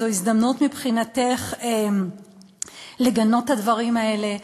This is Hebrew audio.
הזדמנות מבחינתך לגנות את הדברים האלה.